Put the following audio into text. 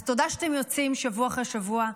אז תודה שאתם יוצאים שבוע אחרי שבוע.